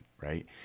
right